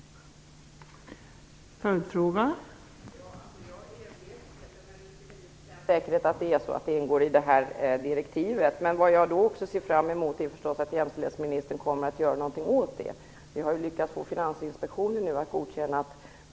Om inte mitt svar räcker får frågeställaren återkomma i annan form.